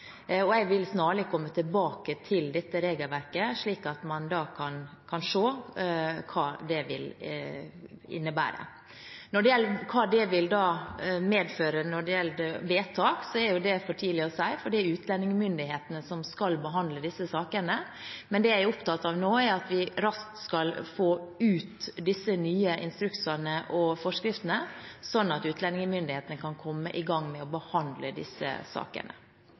og jeg vil snarlig komme tilbake til dette regelverket, slik at man kan se hva det vil innebære. Hva det vil medføre, er for tidlig å si, for det er utlendingsmyndighetene som skal behandle disse sakene. Men det jeg er opptatt av nå, er at vi raskt skal få ut disse nye instruksene og forskriftene, slik at utlendingsmyndighetene kan komme i gang og behandle disse sakene.